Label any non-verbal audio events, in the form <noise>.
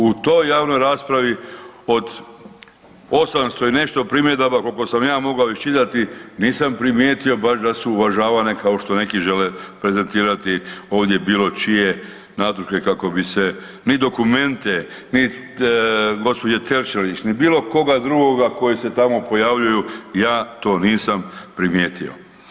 U toj javnoj raspravi od 800 i nešto primjedaba koliko sam ja mogao iščitati nisam primijetio baš da su uvažavane kao što neki žele prezentirati ovdje bilo čije … <unintelligible> kako bi se ni dokumente, nit gospođe … <unintelligible> niti bilo koga drugoga koji se tamo pojavljuju ja to nisam primijetio.